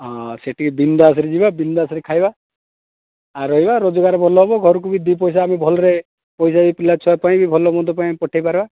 ହଁ ସେଠିକି ବିନ୍ଦାସରେ ଯିବା ବିନ୍ଦାସରେ ଖାଇବା ଆଉ ରହିଲା ରୋଜଗାର ଭଲ ହେବ ଘରକୁ ବି ଦୁଇ ପଇସା ଆମେ ଭଲରେ ପଇସା ବି ପିଲାଛୁଆ ପାଇଁ ଭଲ ମନ୍ଦ ପାଇଁ ପଠେଇପାରିବା